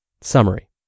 Summary